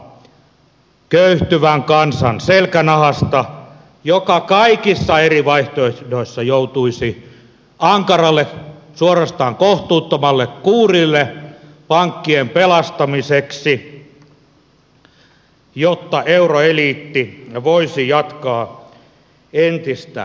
kaikki halutaan ottaa köyhtyvän kansan selkänahasta joka kaikissa eri vaihtoehdoissa joutuisi ankaralle suorastaan kohtuuttomalle kuurille pankkien pelastamiseksi jotta euroeliitti voisi jatkaa entistä elämäänsä